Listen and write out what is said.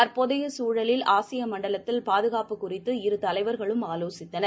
தற்போதையசூழலில் ஆசியமண்டலத்தில் பாதுகாப்பு குறித்து இரு தலைவர்களும் ஆலோசித்தனர்